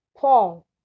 Paul